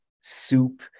soup